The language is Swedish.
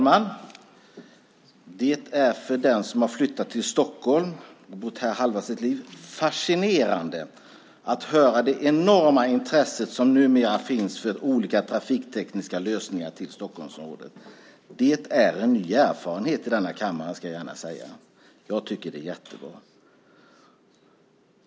Fru talman! För den som har flyttat till Stockholm och bott här halva sitt liv är det fascinerande att höra det enorma intresse som numera finns för olika trafiktekniska lösningar i Stockholmsområdet. Det är en ny erfarenhet i denna kammare - det ska jag gärna säga. Jag tycker att det är jättebra.